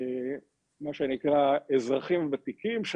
מה שנקרא אזרחים ותיקים,